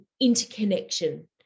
interconnection